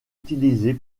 utilisées